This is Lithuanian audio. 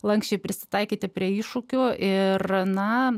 lanksčiai prisitaikyti prie iššūkių ir aną